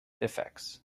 effects